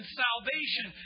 salvation